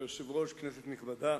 כבוד היושב-ראש, כנסת נכבדה,